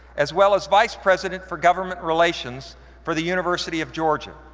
as well as vice president for government relations for the university of georgia.